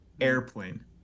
Airplane